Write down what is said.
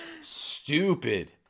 stupid